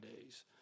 days